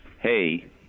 hey